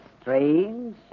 strange